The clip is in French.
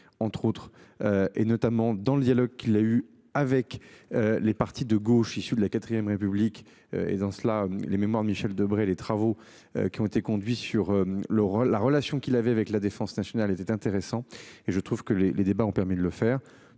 entre autres. Et notamment dans le dialogue qu'il a eu avec. Les partis de gauche, issue de la 4ème République aisance là les mémoires de Michel Debré. Les travaux qui ont été conduits sur le rôle la relation qu'il avait avec la défense nationale était intéressant et je trouve que les, les débats ont permis de le faire